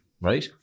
right